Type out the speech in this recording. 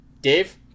dave